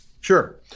Sure